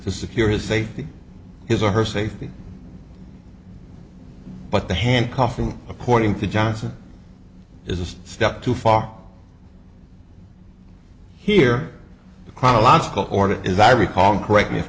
to secure his safety his or her safety but the handcuffing according to johnson is a step too far here a chronological order as i recall correct me if